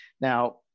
Now